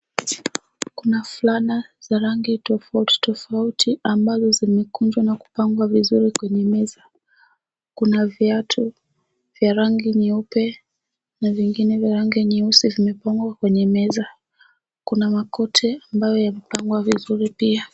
Kuna fulana za rangi tofauti tofauti, ambazo zimekunjwa, na kupangwa vizuri kwenye meza. Kuna viatu vya rangi nyeupe, na vingine vya rangi nyeusi zimepangwa kwenye meza, kuna makoti ambayo yamepangwa vizuri pia.